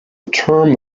term